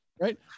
Right